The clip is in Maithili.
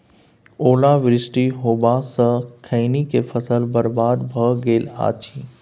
ओला वृष्टी होबा स खैनी के फसल बर्बाद भ गेल अछि?